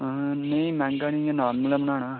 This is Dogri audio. नेईं मैंह्गा नेईं ऐ नार्मल गै बनाना